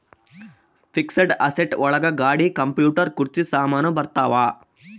fixed asset ಒಳಗ ಗಾಡಿ computer ಕುರ್ಚಿ ಸಾಮಾನು ಬರತಾವ